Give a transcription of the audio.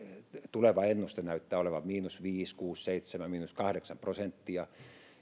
tuleva ennuste näyttää olevan miinus viisi kuusi seitsemän miinus kahdeksan prosenttia